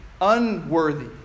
unworthy